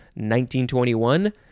1921